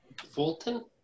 Fulton